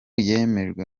yemejwe